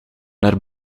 naar